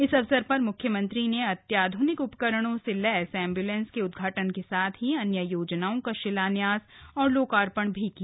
इस अवसर पर मुख्यमंत्री ने अत्याध्निक उपकरणों से लैस एम्ब्लेंस के उद्घाटन के साथ ही अन्य योजनाओं का शिलान्यास और लोकार्पण भी किया